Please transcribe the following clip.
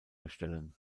erstellen